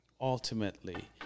ultimately